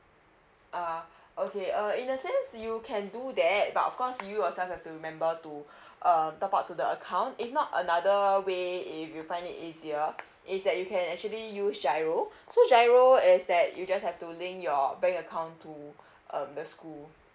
ah okay uh is a sense you can do that but of course you yourself have to remember to um top up to the account if not another way if you find it easier is that you can actually use giro so giro is that you just have to link your bank account to um the school